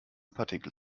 partikel